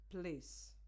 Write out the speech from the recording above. place